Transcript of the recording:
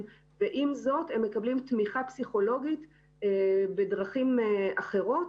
ועם זאת הם מקבלים תמיכה פסיכולוגית בדרכים אחרות.